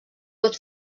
pot